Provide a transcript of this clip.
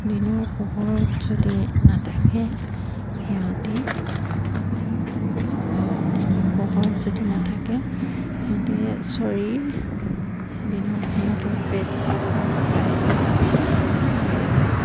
দিনৰ পোহৰত যদি নাথাকে সিহঁতে দিনৰ পোহৰ যদি নাথাকে সিহঁতে চৰি দিনৰ সিহঁতৰ পেট ভৰাই লয় আৰু